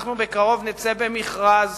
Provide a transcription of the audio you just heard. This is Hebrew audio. בקרוב נצא במכרז